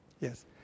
Yes